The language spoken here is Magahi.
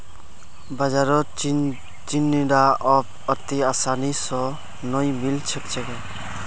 बाजारत चिचिण्डा अब अत्ते आसानी स नइ मिल छेक